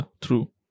True